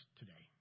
today